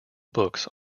books